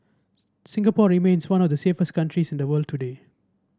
Singapore remains one of the safest countries in the world today